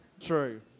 true